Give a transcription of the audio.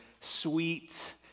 sweet